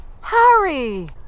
Harry